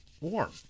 warm